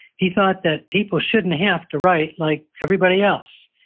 he thought that people shouldn't have to write like everybody else.